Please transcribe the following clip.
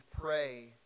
pray